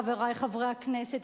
חברי חברי הכנסת,